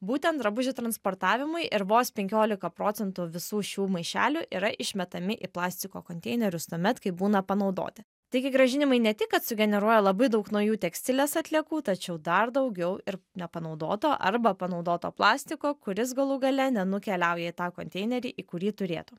būtent drabužių transportavimui ir vos penkiolika procentų visų šių maišelių yra išmetami į plastiko konteinerius tuomet kai būna panaudoti taigi grąžinimai ne tik kad sugeneruoja labai daug naujų tekstilės atliekų tačiau dar daugiau ir nepanaudoto arba panaudoto plastiko kuris galų gale nenukeliauja į tą konteinerį į kurį turėtų